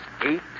eight